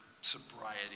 sobriety